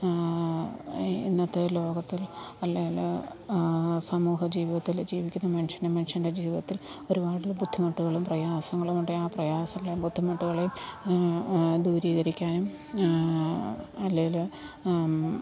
ഇന്നത്തെ ലോകത്തിൽ അല്ലേൽ സമൂഹ ജീവിതത്തിൽ ജീവിക്കുന്ന മനുഷ്യന് മനുഷ്യൻ്റെ ജീവിതത്തിൽ ഒരുപാട് ബുദ്ധിമുട്ടുകളും പ്രയാസങ്ങളുമുണ്ടേ ആ പ്രയാസങ്ങളെയും ബുദ്ധിമുട്ടുകളെയും ദൂരീകരിക്കാനും അല്ലേൽ